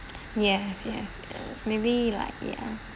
yes yes it's maybe like ya